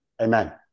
Amen